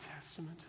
Testament